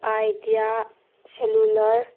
idea cellular